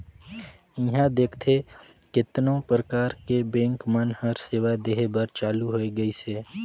इहां देखथे केतनो परकार के बेंक मन हर सेवा देहे बर चालु होय गइसे